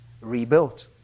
rebuilt